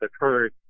occurred